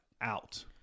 out